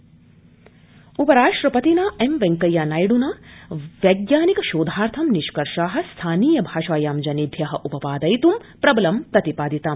उपराष्ट्रपति उपराष्ट्रपतिना एमवेंकैया नायड़ना वैज्ञानिक शोधानां निष्कर्षा स्थानीय भाषायां जनेभ्य उपपादयित् प्रबलं प्रतिपादितम